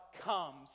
comes